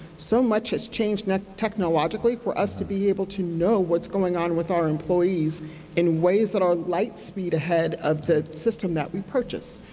so much has changed technologically for us to be able to know what's going on with our employees in ways that are light speed ahead of the system that we purchased.